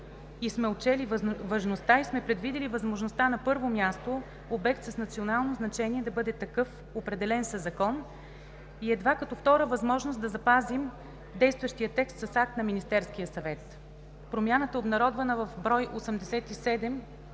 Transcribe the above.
сме важността и сме предвидили възможността на първо място „обект с национално значение“ да бъде такъв, определен със закон, и едва като втора възможност да запазим действащия текст с акт на Министерския съвет. Промяната е обнародвана в брой 87